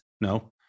No